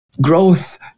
growth